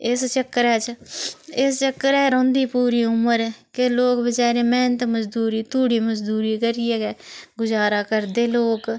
इस चक्करै च इस चक्करै च रौंह्दी पूरी उमर कि लोक बचारे मैह्नत मजदूरी धूड़ी मजदूरी करियै गै गुजारा करदे लोक